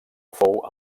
fou